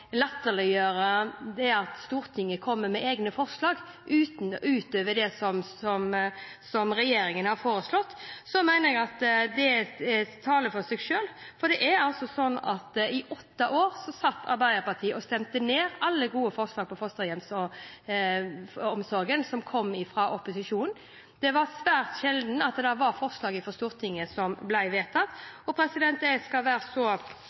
latterliggjøre det at Stortinget kommer med egne forslag utover det som regjeringen har foreslått, mener jeg at det taler for seg selv. I åtte år satt Arbeiderpartiet og stemte ned alle gode forslag for fosterhjemsomsorgen som kom fra opposisjonen. Det var svært sjelden det var forslag fra Stortinget som ble vedtatt. Jeg skal være så